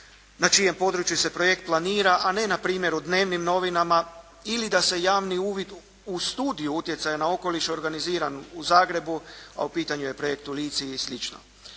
na čijem području se projekt planira, a ne npr. u dnevnim novinama ili da se javni uvid u studiju utjecaja na okoliš organiziran u Zagrebu, a u pitanju je projekt u Lici i sl.